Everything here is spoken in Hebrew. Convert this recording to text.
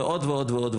ועוד ועוד.